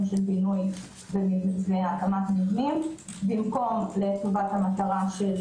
של בינוי והקמת מבנים במקום לטובת המטרה של